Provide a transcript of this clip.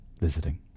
visiting